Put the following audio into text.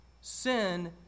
Sin